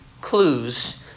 clues